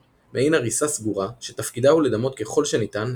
בעיות ואנומליות ברחם ובצוואר הרחם.